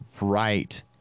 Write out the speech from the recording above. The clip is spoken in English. right